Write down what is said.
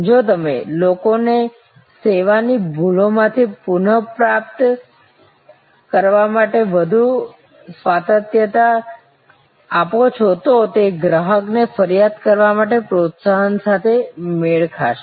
જો તમે લોકોને સેવાની ભૂલોમાંથી પુનઃપ્રાપ્ત કરવા માટે વધુ સ્વાયત્તતા આપો છો તો તે ગ્રાહકને ફરિયાદ કરવા માટે પ્રોત્સાહન સાથે મેળ ખાશે